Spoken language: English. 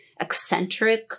eccentric